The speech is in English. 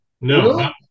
No